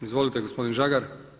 Izvolite gospodin Žagar.